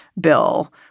bill